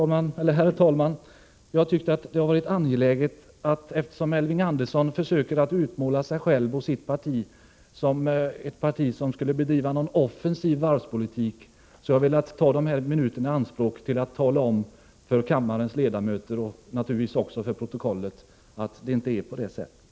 Eftersom Elving Andersson försöker utmåla sig själv och sitt parti såsom ett parti, som skulle bedriva en offensiv varvspolitik, har jag velat ta dessa minuter i anspråk för att tala om för kammarens ledamöter och naturligtvis också få antecknat till protokollet att det inte är på det sättet.